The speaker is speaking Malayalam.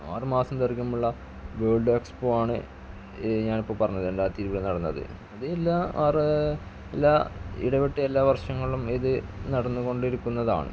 ആറ് മാസം ദൈർഘ്യമുള്ള വേൾഡ് എക്സ്പോ ആണ് ഞാനിപ്പോൾ പറഞ്ഞത് രണ്ടായിരത്തിരുപതിൽ നടന്നത് അത് എല്ലാ അവരെ എല്ലാ ഇടവിട്ട് എല്ലാ വർഷങ്ങളിലും ഇതു നടന്നു കൊണ്ടിരിക്കുന്നതാണ്